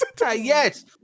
Yes